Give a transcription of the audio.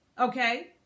okay